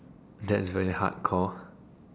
that's very hardcore